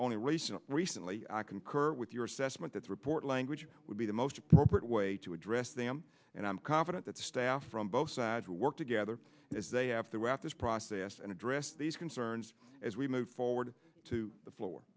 recently recently i concur with your assessment that report language would be the most appropriate way to address them and i'm confident that staff from both sides will work together as they have throughout this process and address these concerns as we move forward to the floor